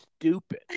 stupid